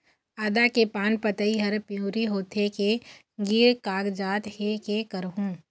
आदा के पान पतई हर पिवरी होथे के गिर कागजात हे, कै करहूं?